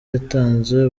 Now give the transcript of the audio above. yatanze